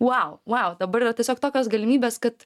vau vau dabar yra tiesiog tokios galimybės kad